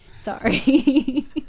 Sorry